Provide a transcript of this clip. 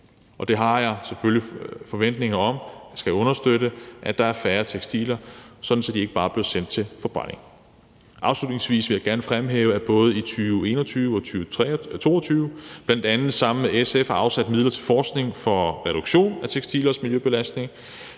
Og det har jeg selvfølgelig forventninger om skal understøtte, at der er færre tekstiler, sådan at de ikke bare bliver sendt til forbrænding. Afslutningsvis vil jeg gerne fremhæve, at vi både i 2021 og 2022 – bl.a. sammen med SF – har afsat midler til forskning i reduktion af tekstilers miljøbelastning.